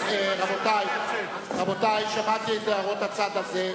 רבותי, שמעתי את הערות הצד הזה.